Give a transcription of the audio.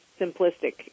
simplistic